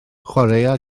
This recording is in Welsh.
chwaraea